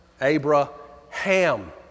Abraham